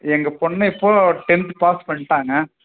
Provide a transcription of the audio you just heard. எங்கள் பொண்ணு இப்போ டென்த் பாஸ் பண்ணிட்டாங்க